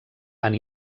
han